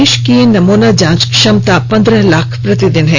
देश की नमूना जांच क्षमता पंद्रह लाख प्रतिदिन है